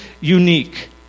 unique